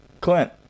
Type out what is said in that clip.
Clint